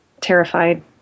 terrified